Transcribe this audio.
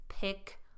pick